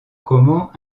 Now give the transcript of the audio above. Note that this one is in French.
comment